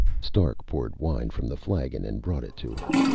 stark poured wine from the flagon and brought it to her.